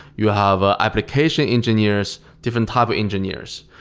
you have ah application engineers, different type of engineers.